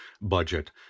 budget